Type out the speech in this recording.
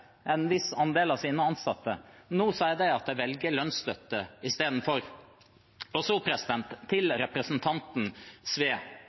en viss andel av sine ansatte, men nå sier de at de velger lønnsstøtte isteden. Så til